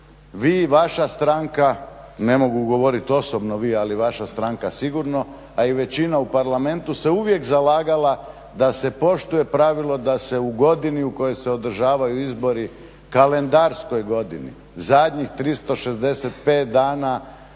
vi i vaša stranka, ne mogu govoriti osobno vi ali vaša stranka sigurno, a i većina u Parlamentu se uvijek zalagala da se poštuje pravilo da se u godini u kojoj se održavaju izbori kalendarskoj godini, zadnjih 365 dana